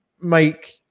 make